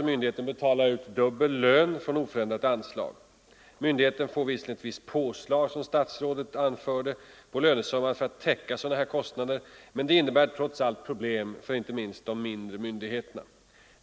varvid myndigheten får betala ut dubbel lön från oförändrat anslag. Myndigheterna får visserligen, som statsrådet anförde, ett visst påslag på lönesumman för att täcka sådana kostnader, men det innebär trots allt problem särskilt för mindre myndigheter.